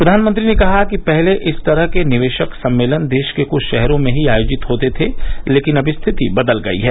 प्रधानमंत्री ने कहा कि पहले इस तरह के निवेशक सम्मेलन देश के कुछ शहरों मे ही आयोजित होते थे लेकिन अब स्थिति बदल गई है